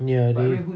ya they